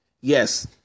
Yes